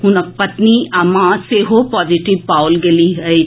हुनक पत्नी आ मां सेहो पॉजिटिव पाओल गेलीह अछि